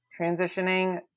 transitioning